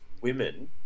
women